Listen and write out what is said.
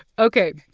ok,